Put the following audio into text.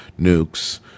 nukes